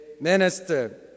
Minister